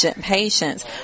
patients